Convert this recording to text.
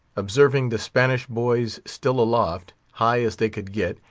observing the spanish boys still aloft, high as they could get,